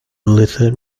littered